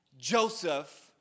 Joseph